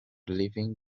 leaving